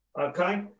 okay